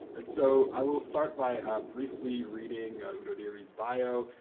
and so, i will start by briefly reading udodiri's bio,